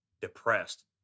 depressed